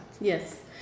Yes